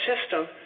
system